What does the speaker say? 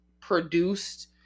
produced